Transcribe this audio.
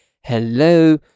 hello